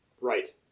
Right